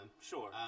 sure